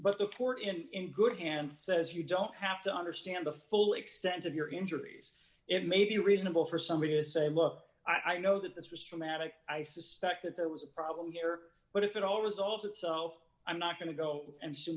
court in good hands says you don't have to understand the full extent of your injuries it may be reasonable for somebody to say look i know that this was traumatic i suspect that there was a problem here but if it all resolved itself i'm not going to go and see